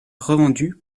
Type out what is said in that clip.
revendu